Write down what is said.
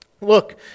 look